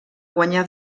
guanyà